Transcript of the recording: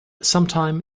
sometime